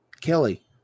Kelly